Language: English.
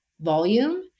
volume